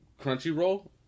Crunchyroll